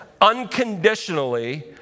unconditionally